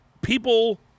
people